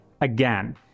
Again